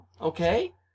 Okay